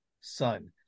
son